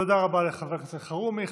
תודה רבה לחבר הכנסת אלחרומי.